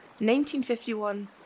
1951